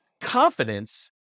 confidence